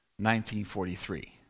1943